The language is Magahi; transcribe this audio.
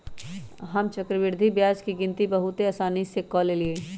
हम चक्रवृद्धि ब्याज के गिनति बहुते असानी से क लेईले